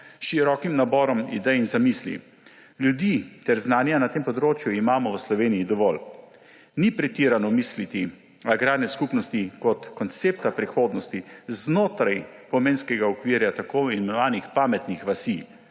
širokim naborom idej in zamisli. Ljudi ter znanja na tem področju imamo v Sloveniji dovolj. Ni pretirano misliti agrarne skupnosti kot koncepta prihodnosti znotraj pomenskega okvira tako imenovanih pametnih vasi.